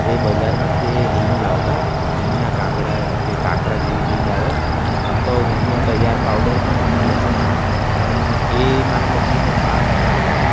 તે બજારમાંથી એ હિંગ લાવતા હિંગના ગાંગડા કે કાંકરા જેવી હિંગ આવે આમ તો હિંગનો તૈયાર પાવડર પણ મળે છે પણ એ મારાં મમ્મીને બા નહોતાં લાવતાં